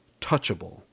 touchable